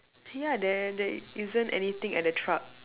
ya there there isn't anything at the truck